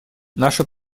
наше